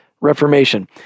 reformation